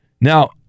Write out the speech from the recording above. Now